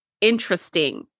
interesting